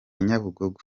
nyabugogo